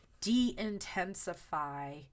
de-intensify